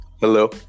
hello